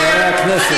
חברי הכנסת.